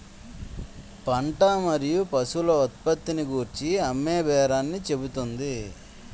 పంట మరియు పశువుల ఉత్పత్తిని గూర్చి అమ్మేబేరాన్ని చెబుతుంది